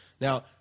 Now